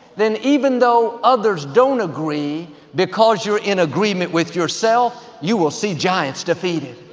then even though others don't agree because you're in agreement with yourself, you will see giants defeated.